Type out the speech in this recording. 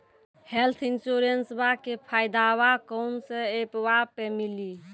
Health इंश्योरेंसबा के फायदावा कौन से ऐपवा पे मिली?